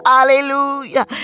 Hallelujah